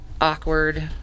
awkward